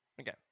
Okay